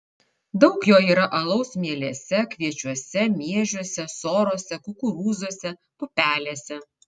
daug jo yra alaus mielėse kviečiuose miežiuose sorose kukurūzuose pupelėse